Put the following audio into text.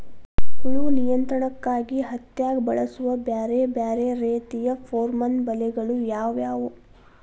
ಹುಳು ನಿಯಂತ್ರಣಕ್ಕಾಗಿ ಹತ್ತ್ಯಾಗ್ ಬಳಸುವ ಬ್ಯಾರೆ ಬ್ಯಾರೆ ರೇತಿಯ ಪೋರ್ಮನ್ ಬಲೆಗಳು ಯಾವ್ಯಾವ್?